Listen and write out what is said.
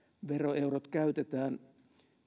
veroeurot käytetään